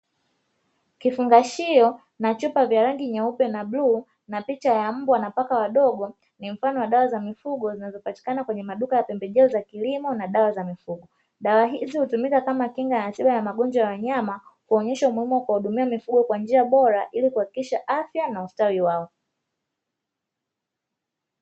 Kifungashio cha chupa nyeupe cha rangi ya bluu, na picha ya Mbwa na paka wadogo ni mfano wa dawa za mifugo zinazopatikana kwenye maduka ya pembejeo za kilimo na dawa za mifugo. Sawa hizi hutumika kama kinga na tiba ya magonjwa ya wanyama, huonesha umuhimu wa kuwahudumia mifugo kwa njia bora ili kuhakikisha afya na ustawi wao.